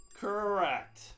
Correct